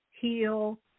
heal